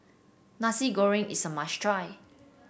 Nasi Goreng is a must try